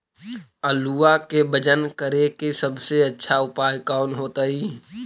आलुआ के वजन करेके सबसे अच्छा उपाय कौन होतई?